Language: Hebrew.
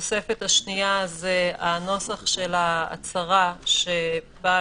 התוספת השנייה היא הנוסח של ההצהרה שבעל